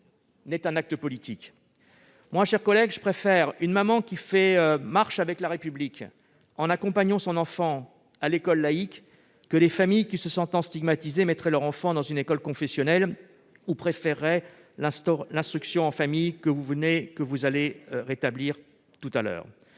cas un acte politique. Mes chers collègues, je préfère une maman qui marche avec la République en accompagnant son enfant à l'école laïque aux familles qui, se sentant stigmatisées, mettraient leur enfant dans une école confessionnelle ou préféraient l'instruction en famille, celle-là même que vous allez rétablir tout à l'heure.